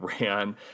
ran